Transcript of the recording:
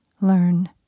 learn